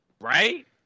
right